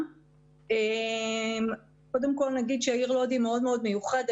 נגיד קודם כל שהעיר לוד היא מאוד מאוד מיוחדת,